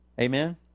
Amen